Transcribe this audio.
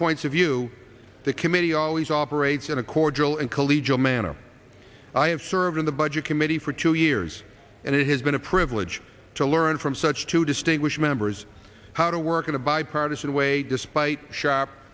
points of view the committee always operates in a cordial and collegial manner i have served on the budget committee for two years and it has been a privilege to learn from such two distinguished members how to work in a bipartisan way despite sh